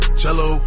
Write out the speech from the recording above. cello